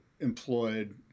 employed